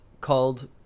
called